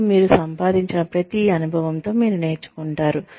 మరియు మీరు సంపాదించిన ప్రతి అనుభవంతో మీరు నేర్చుకుంటారు